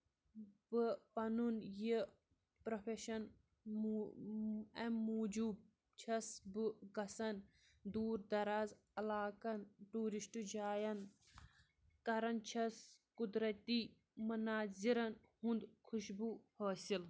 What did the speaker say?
بہٕ پَنُن یہِ پروفیٚشن اَمہِ موجوٗب چھَس بہٕ گژھان دوٗر دَارار علاقَن ٹوٗرِسٹ جاین کران چھَس قُۄدرَتی مَنازِرَن ہُنٛد خوشبوٗ حٲصِل